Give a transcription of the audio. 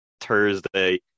Thursday